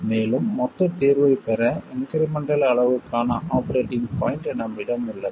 மேலும் மொத்தத் தீர்வைப் பெற இன்க்ரிமெண்டல் அளவுக்கான ஆபரேட்டிங் பாய்ண்ட் நம்மிடம் உள்ளது